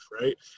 right